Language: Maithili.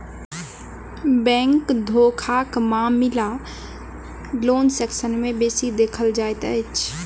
बैंक धोखाक मामिला लोन सेक्सन मे बेसी देखल जाइत अछि